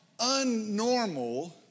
unnormal